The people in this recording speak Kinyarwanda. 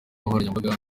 nkoranyambaga